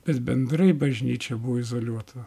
tas bendrai bažnyčia buvo izoliuota